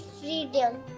freedom